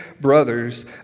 brothers